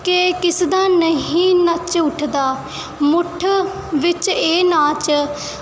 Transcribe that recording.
ਕਿ ਕਿਸ ਦਾ ਨਹੀਂ ਨੱਚ ਉੱਠਦਾ ਮੁੱਠ ਵਿੱਚ ਇਹ ਨਾਚ